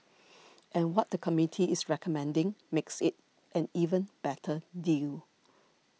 and what the committee is recommending makes it an even better deal